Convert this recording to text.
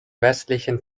westlichen